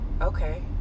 Okay